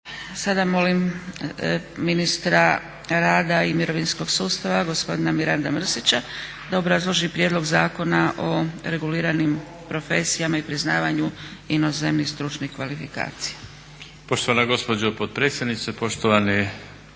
Sada molim ministra rada i mirovinskog sustava gospodina Miranda Mrsića da obrazloži Prijedlog zakona o reguliranim profesijama i priznavanju inozemnih stručnih kvalifikacija. **Mrsić, Mirando (SDP)** Poštovana